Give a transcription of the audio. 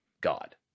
god